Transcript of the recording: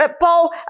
Paul